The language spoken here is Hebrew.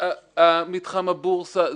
זה מתחם הבורסה,